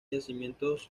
yacimientos